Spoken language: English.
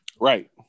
Right